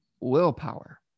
willpower